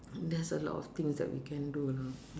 theres a lot of things that we can do you know